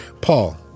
Paul